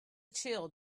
chill